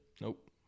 Nope